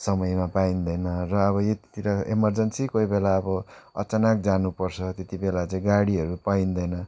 समयमा पाइँदैन र अब यतातिर अब इमर्जेन्सी कोही बेला अब अचानक जानु पर्छ त्यति बेला चाहिँ गाडीहरू पाइँदैन